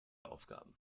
aufgaben